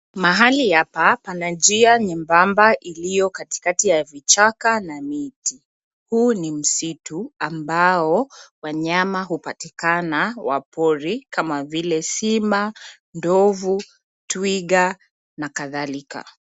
Mahali hapa pana njia nyembamba iliyo katikati ya vichaka na miti. Huu ni msitu ambao wanyama hupatikana wa pori kama vile simba, ndovu, twiga na kadhalika.